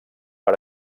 per